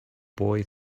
boy